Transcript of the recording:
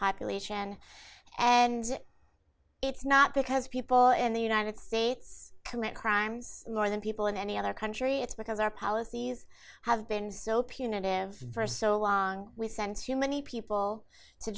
population and it's not because people in the united states commit crimes more than people in any other country it's because our policies have been so punitive for so long with sense you many people to